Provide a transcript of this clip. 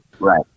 right